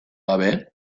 gabe